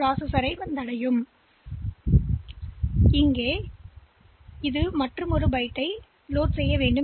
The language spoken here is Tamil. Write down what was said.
பின்னர் நான் மற்ற பைட்டை ஏற்ற வேண்டும்